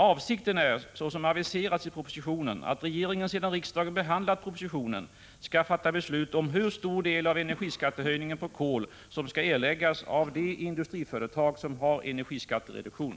Avsikten är, såsom aviserats i propositionen 1985/86:140, att regeringen sedan riksdagen behandlat propositionen skall fatta beslut om hur stor del av energiskattehöjningen på kol som skall erläggas av de industriföretag som har energiskattereduktion.